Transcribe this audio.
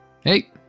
Hey